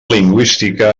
lingüística